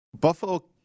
Buffalo